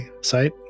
site